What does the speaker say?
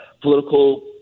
political